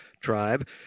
tribe